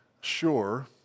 sure